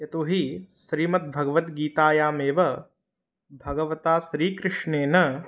यतो हि श्रीमद्भगवद्गीतायामेव भगवता श्रीकृष्णेन